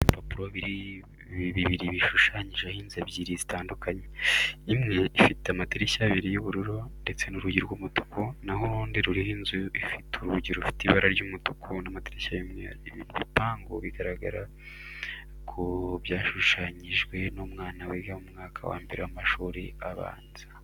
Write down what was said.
Ibipapuro bibiri bishushanyijeho inzu ebyiri zitandukanye. Inzu imwe ifite amadirishya abiri y'ubururu ndetse n'urugi rw'umutuku, naho urundi ruriho inzu ifite urugi rufite ibara ry'umutuku n'amadirishya y'umweru. Ibi bipapuro biragaragara ko byashushanyijwe n'umwana wiga mu mwaka wa mbere w'amashuri abanza.